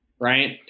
right